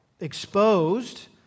exposed